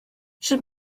sut